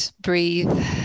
breathe